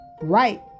right